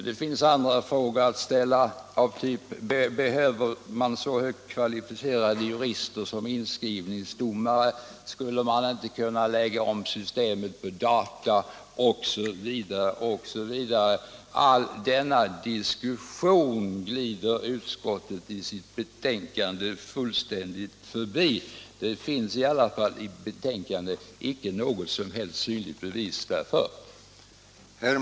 Det finns också andra frågor att ställa: Behövs det så högt kvalificerade jurister som inskrivningsdomare? Skulle man inte kunna lägga om systemet på data? Hela denna diskussion glider utskottet fullständigt förbi i sitt betänkande. Det finns i alla fall inte i betänkandet något som helst synbart bevis för en sådan diskussion.